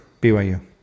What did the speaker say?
BYU